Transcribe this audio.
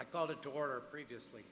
i called it to order previously